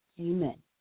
Amen